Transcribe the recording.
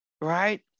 right